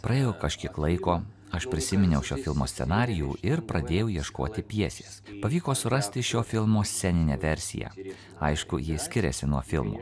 praėjo kažkiek laiko aš prisiminiau šio filmo scenarijų ir pradėjau ieškoti pjesės pavyko surasti šio filmo sceninę versiją aišku ji skiriasi nuo filmo